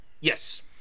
Yes